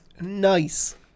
Nice